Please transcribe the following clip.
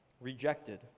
Rejected